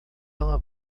ela